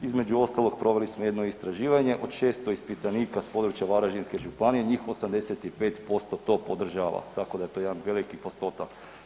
Između ostalog, proveli smo jedno istraživanje, od 600 ispitanika s područja Varaždinske županije, njih 85% to podržava, tako da je to jedan veliki postotak.